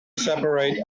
separate